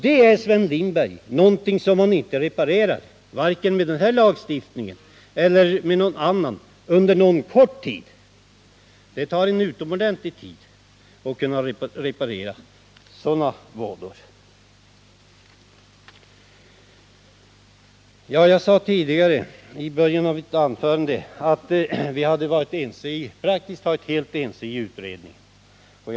Det, Sven Lindberg, är någonting som inte kan repareras vare sig med denna lagstiftning eller med någonting annat under en kort tid. Det tar utomordentligt lång tid at" reparera sådana skador. I början av mitt anförande sade jag att vi inom utredningen var praktiskt taget helt ense.